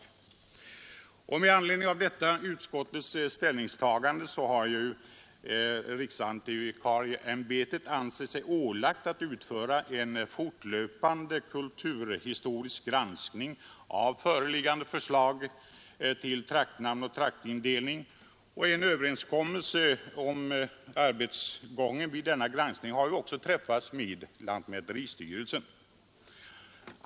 Med anledning av detta utskottets ställningstagande har riksantikvarie Nr 51 ämbetet ansett sig ålagt att utföra en fortlöpande kulturhistorisk Torsdagen den granskning av föreliggande förslag till traktnamn och traktindelning. En 22 mars 1973 överenskommelse om arbetsgången vid denna granskning har också träffats med lantmäteristyrelsen.